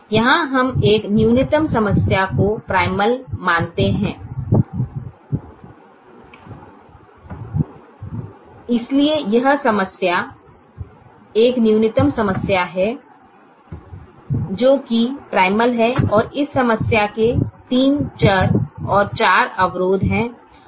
यहाँ हम एक न्यूनतम समस्या को प्राइमल मानते हैं इसलिए यह समस्या एक न्यूनतम समस्या है जो कि प्राइमल है और इस समस्या के तीन चर और चार अवरोध हैं